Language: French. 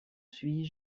suis